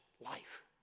life